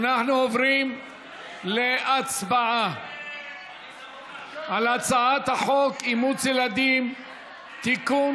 אנחנו עוברים להצבעה על הצעת חוק אימוץ ילדים (תיקון,